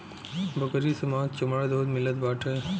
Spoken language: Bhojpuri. बकरी से मांस चमड़ा दूध मिलत बाटे